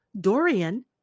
Dorian